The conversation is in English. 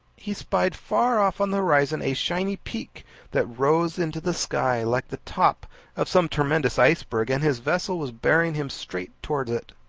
he spied far off on the horizon, a shining peak that rose into the sky like the top of some tremendous iceberg and his vessel was bearing him straight towards it.